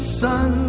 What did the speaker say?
sun